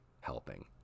helping